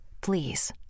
Please